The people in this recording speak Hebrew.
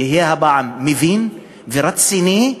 מבין ורציני,